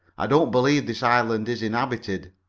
i don't believe this island is inhabited.